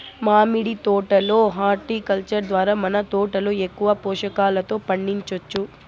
మామిడి తోట లో హార్టికల్చర్ ద్వారా మన తోటలో ఎక్కువ పోషకాలతో పండించొచ్చు